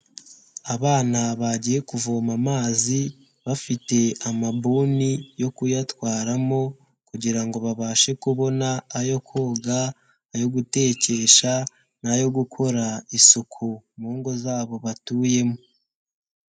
Abana bagiye kuvoma amazi, bafite amabuni yo kuyatwaramo kugira ngo babashe kubona ayo koga, ayo gutekesha n'ayo gukora isuku mu ngo zabo batuyemo.